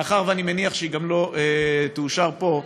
מאחר שאני מניח שהיא לא תאושר גם פה,